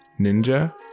Ninja